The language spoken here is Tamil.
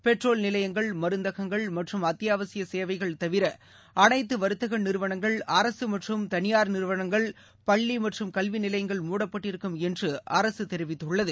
பெட்ரோல் நிலையங்கள் மருந்தஙங்கள் மற்றும் அத்தியாவசிய சேவைகள் தவிர அனைத்து வர்த்தக நிறுவனங்கள் அரசு மற்றும் தனியார் நிறுவனங்கள் பள்ளி மற்றும் கல்வி நிலையங்கள் மூடப்பட்டிருக்கும் என்று அரசு தெரிவித்துள்ளது